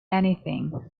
anything